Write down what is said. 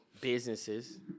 Businesses